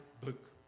book